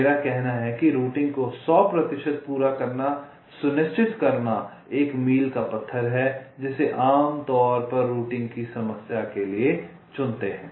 मेरा कहना है कि रूटिंग को सौ प्रतिशत पूरा करना सुनिश्चित करना मील का पत्थर है जिसे हम आमतौर पर रूटिंग की समस्या के लिए चुनते हैं